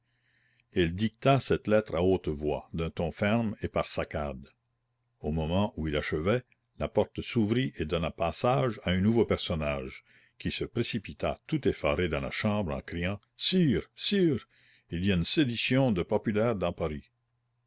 il dicta cette lettre à haute voix d'un ton ferme et par saccades au moment où il achevait la porte s'ouvrit et donna passage à un nouveau personnage qui se précipita tout effaré dans la chambre en criant sire sire il y a une sédition de populaire dans paris